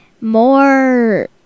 more